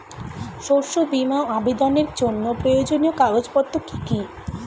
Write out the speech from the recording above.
শস্য বীমা আবেদনের জন্য প্রয়োজনীয় কাগজপত্র কি কি?